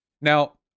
Now